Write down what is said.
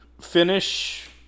finish